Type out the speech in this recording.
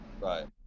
Right